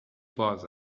باز